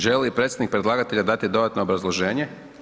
Želi li predsjednik predlagatelja dati dodatno obrazloženje?